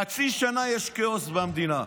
חצי שנה יש כאוס במדינה,